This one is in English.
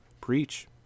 Preach